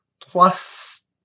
plus